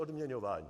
Odměňování